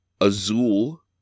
Azul